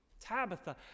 Tabitha